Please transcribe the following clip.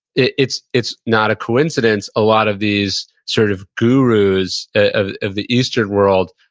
it's it's not a coincidence, a lot of these sort of gurus ah of the eastern world,